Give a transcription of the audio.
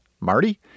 Marty